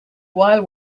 while